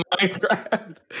Minecraft